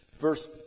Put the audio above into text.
verse